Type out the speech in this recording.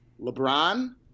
LeBron